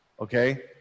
Okay